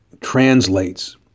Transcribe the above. translates